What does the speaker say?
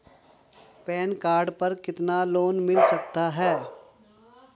Pan card पर कितना loan मिल सकता है?